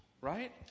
Right